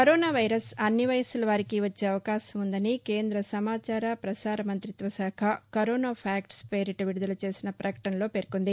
corona virus అన్ని వయస్సుల వారికి వచ్చే అవకాశముందని కేంద్ర సమాచార పసార మంతిత్వ శాఖ కరోనా ఫ్యాక్ట్ పేరిట విడుదల చేసిన ప్రకటనలో పేర్కొంది